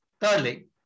Thirdly